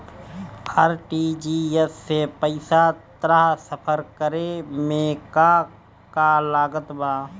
RTGS से पईसा transfer करे मे का का लागत बा?